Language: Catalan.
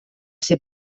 ser